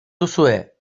duzue